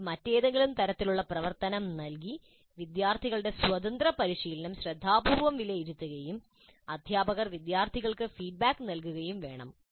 അല്ലെങ്കിൽ മറ്റേതെങ്കിലും തരത്തിലുള്ള പ്രവർത്തനം നൽകി വിദ്യാർത്ഥികളുടെ സ്വതന്ത്ര പരിശീലനം ശ്രദ്ധാപൂർവ്വം വിലയിരുത്തുകയും അധ്യാപകർ വിദ്യാർത്ഥികൾക്ക് ഫീഡ്ബാക്ക് നൽകുകയും വേണം